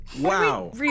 Wow